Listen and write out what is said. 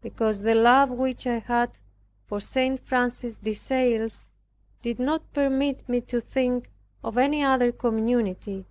because the love which i had for st. francis de sales did not permit me to think of any other community